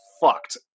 fucked